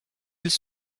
îles